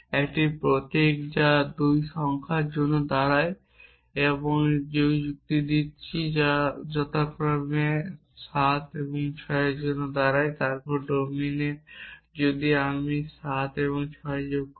একটি প্রতীক যা 2 সংখ্যার যোগের জন্য দাঁড়ায় এবং এই 2টি চুক্তি দিচ্ছি যা যথাক্রমে 7 এবং 6 এর জন্য দাঁড়ায়। তারপর ডোমিনে যদি আমি এটি 7 এবং 6 যোগ করি